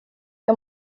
jag